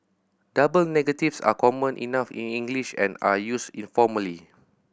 double negatives are common enough in English and are used informally